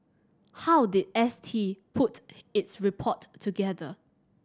how did S T put its report together